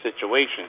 situation